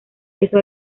peso